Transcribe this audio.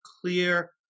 clear